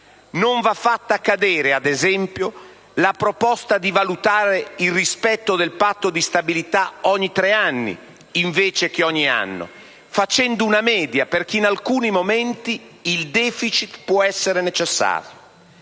Non va fatta cadere, ad esempio, la proposta di valutare il rispetto del Patto di stabilità ogni tre anni, invece che ogni anno, facendo una media, perché in alcuni momenti il *deficit* può essere necessario.